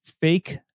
fake